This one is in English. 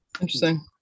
Interesting